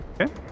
Okay